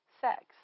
sex